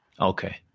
Okay